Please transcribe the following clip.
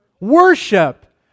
worship